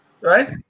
right